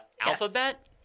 alphabet